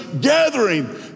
gathering